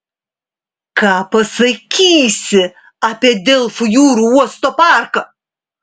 ką pasakysi apie delfų jūrų uosto parką